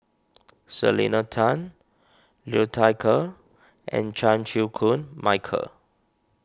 Selena Tan Liu Thai Ker and Chan Chew Koon Michael